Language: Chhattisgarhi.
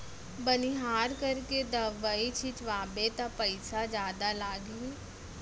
बनिहार करके दवई छिंचवाबे त पइसा जादा लागही